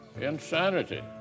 insanity